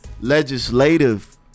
legislative